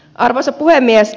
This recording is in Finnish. arvoisa puhemies